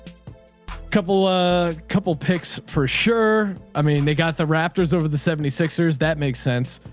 couple, a couple pics for sure. i mean, they got the rafters over the seventy six years. that makes sense.